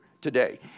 today